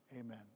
Amen